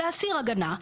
להסיר הגנה,